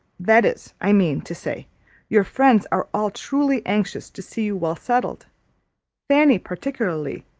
that is, i mean to say your friends are all truly anxious to see you well settled fanny particularly,